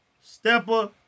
Stepper